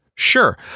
Sure